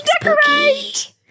decorate